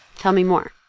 tell me more.